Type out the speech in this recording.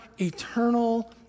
eternal